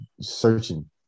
searching